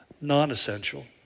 non-essential